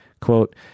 quote